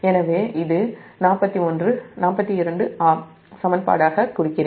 எனவே இது 42 சமன்பாடாக குறிக்கிறேன்